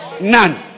None